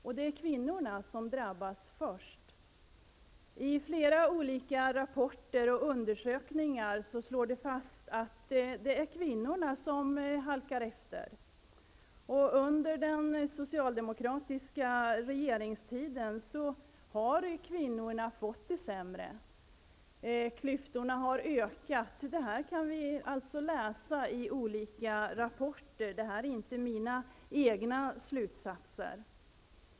Och det är kvinnorna som drabbas först. I flera olika rapporter och undersökningar slår man fast att det är kvinnorna som halkar efter. Under den socialdemokratiska regeringstiden har kvinnorna fått det sämre. Klyftorna har ökat. Detta kan vi läsa i olika rapporter, och det är alltså inte mina egna slutsatser.